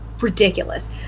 ridiculous